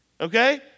Okay